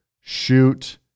shoot